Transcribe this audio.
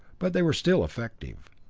but they were still effective.